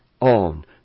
on